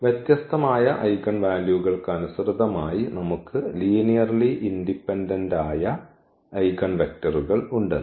വ്യത്യസ്തമായ ഐഗൻ വാല്യൂകൾക്കനുസൃതമായി നമുക്ക് ലീനിയർലി ഇൻഡിപെൻഡന്റ് ആയ ഐഗൻവെക്ടറുകൾ ഉണ്ടെന്ന്